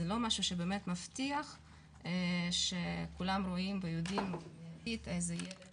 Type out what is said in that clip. זה לא מישהו שבאמת מבטיח שכולם רואים ויודעים איזה ילד